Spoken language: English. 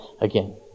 again